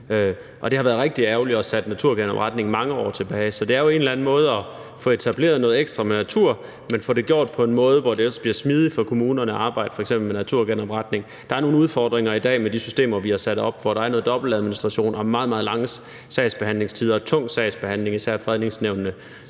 Det har været rigtig ærgerligt og har sat naturgenopretningen mange år tilbage. Så det er jo en eller anden måde med at fået etableret noget ekstra natur, men få det gjort på en måde, så det også bliver smidigt for kommunen at arbejde f.eks. med naturgenopretning. Der er nogle udfordringer i dag med de systemer, vi har sat op, hvor der er noget dobbeltadministration og meget, meget lange sagsbehandlingstider og tung sagsbehandling, især i fredningsnævnene,